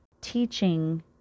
teaching